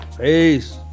Peace